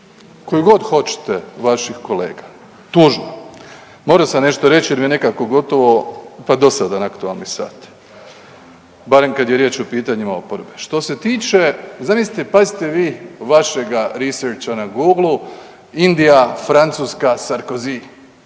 koju god hoćete vaših kolega. Tužba, morao sam nešto reći jer mi je nekako gotovo pa dosadan aktualni sat, barem kad je riječ o pitanjima oporbe. Što se tiče, zamislite pazite vi vašega researcha na Googlu Indija, Francuska, Sarkozy